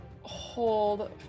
hold